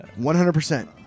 100%